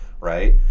right